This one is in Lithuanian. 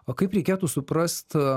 o kaip reikėtų suprast